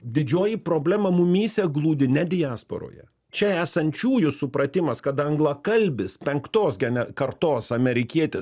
didžioji problema mumyse glūdi ne diasporoje čia esančiųjų supratimas kad anglakalbis penktos gene kartos amerikietis